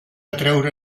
atreure